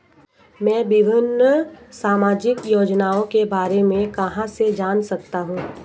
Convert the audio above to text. मैं विभिन्न सामाजिक योजनाओं के बारे में कहां से जान सकता हूं?